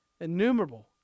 Innumerable